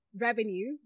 revenue